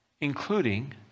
including